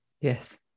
Yes